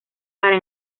para